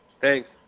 Thanks